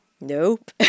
nope